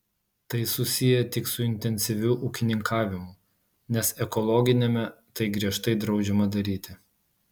tai susiję tik su intensyviu ūkininkavimu nes ekologiniame tai griežtai draudžiama daryti